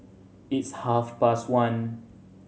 its half past one